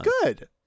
good